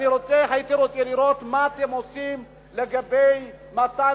והייתי רוצה לראות מה אתם עושים לגבי מתן